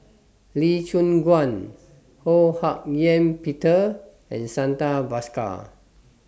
Lee Choon Guan Ho Hak Ean Peter and Santha Bhaskar